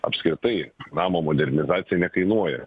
apskritai namo modernizacija nekainuoja